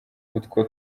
utwo